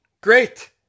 great